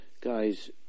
Guys